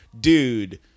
Dude